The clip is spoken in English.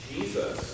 Jesus